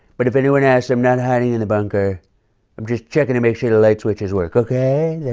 but if anyone asks, i'm not hiding in the bunker. i'm just checking to make sure the light switches work, okay? yeah